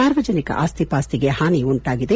ಸಾರ್ವಜನಿಕ ಆಸ್ತಿ ಪಾಸ್ತಿಗೆ ಹಾನಿ ಉಂಟಾಗಿದೆ